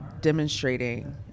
demonstrating